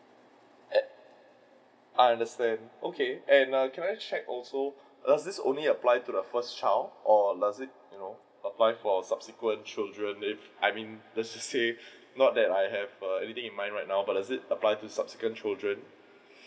I understand okay and can I check also does this only apply to the first child or does it you know apply for subsequent children if I mean let's just say not that I have err anything in mind right now but does it apply to subsequent children